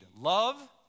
love